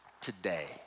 Today